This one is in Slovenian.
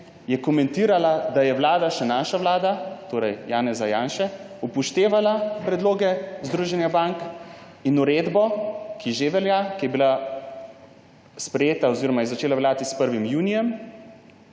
je komentirala, da je vlada, še naša vlada, torej vlada Janeza Janše, upoštevala predloge Združenja bank in uredbo, ki je bila sprejeta oziroma je začela veljati s 1. junijem.